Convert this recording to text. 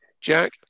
Jack